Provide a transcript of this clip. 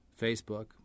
Facebook